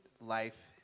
life